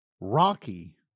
Rocky